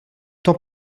tant